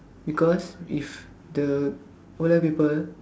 because if the o-level paper